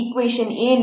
equation ಏನು